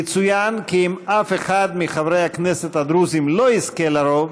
יצוין כי אם אף אחד מחברי הכנסת הדרוזים לא יזכה לרוב,